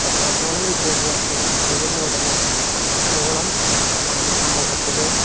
എത്രത്തോളം വിദ്യാഭ്യാസവും അറിവും നേടുന്നുവോ അത്രത്തോളം നമ്മള് സമൂഹത്തില്